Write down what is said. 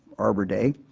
arbor day.